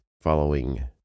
following